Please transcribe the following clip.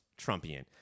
Trumpian